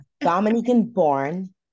Dominican-born